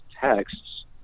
texts